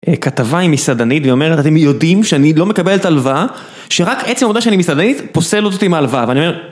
כתבה עם מסעדנית, והיא אומרת, אתם יודעים שאני לא מקבלת הלוואה, שרק עצם העובדה שאני מסעדנית פוסל אותי מהלוואה ואני אומר...